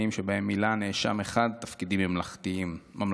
שבהן מילא נאשם 1 תפקידים ממלכתיים.